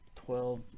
twelve